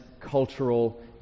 cultural